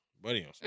Buddy